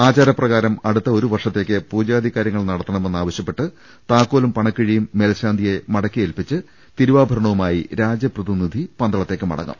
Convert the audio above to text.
ആചാര പ്രകാരം അടുത്ത ഒരു വർഷത്തേയ്ക്ക് പൂജാദി കാരൃങ്ങൾ നടത്തണമെന്ന് ആവശ്യപ്പെട്ട് താക്കോലും പണക്കിഴിയും മേൽശാന്തിയെ മടക്കി ഏൽപിച്ച് തിരുവാഭരണവുമായി രാജപ്രതിനിധി പന്തളത്തേക്ക് മട ങ്ങും